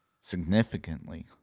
Significantly